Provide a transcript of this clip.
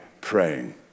praying